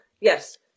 Yes